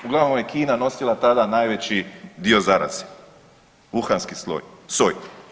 Uglavnom je Kina nosila tada najveći dio zaraze, Wuhanski soj.